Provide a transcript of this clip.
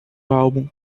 álbum